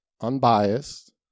unbiased